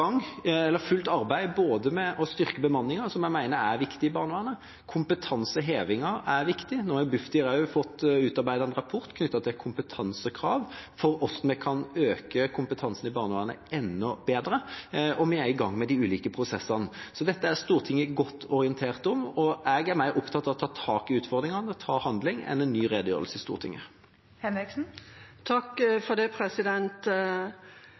som jeg mener er viktig. Kompetansehevingen er viktig. Nå har Bufdir fått utarbeidet en rapport knyttet til kompetansekrav for hvordan vi kan øke kompetansen i barnevernet enda mer. Vi er i gang med de ulike prosessene. Så dette er Stortinget godt orientert om, og jeg er mer opptatt av å ta tak i utfordringene, av å handle, enn en ny redegjørelse i Stortinget. Regjeringa håndterer nå en krise i Nav. Ting kan tyde på at den startet noenlunde på samme måte som det